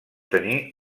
tenir